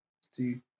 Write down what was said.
See